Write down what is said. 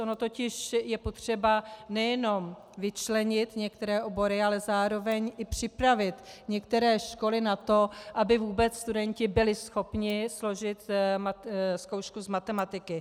Ono totiž je potřeba nejenom vyčlenit některé obory, ale zároveň i připravit některé školy na to, aby vůbec studenti byli schopni složit zkoušku z matematiky.